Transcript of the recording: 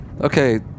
Okay